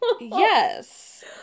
yes